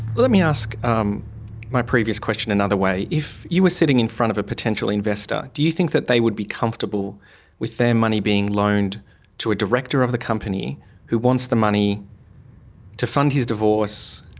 let me ask um my umm. previous question another way, if you were sitting in front of a potential investor do you think that they would be comfortable with their money being loaned to a director of the company who wants the money to fund his divorce,